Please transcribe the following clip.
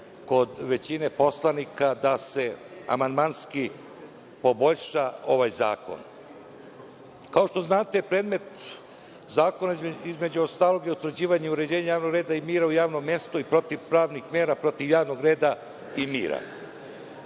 kod većine poslanika da se amandmanski poboljša ovaj zakon. Kao što znate predmet zakona, između ostalog je i utvrđivanje uređenja javnog reda u javnom mestu i protivpravnih mera, protiv javnog reda i mira.